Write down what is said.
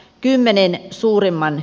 kymmenen suurimman